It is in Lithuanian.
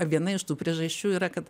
viena iš tų priežasčių yra kad